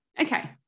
Okay